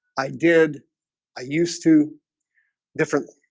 i did i used two different?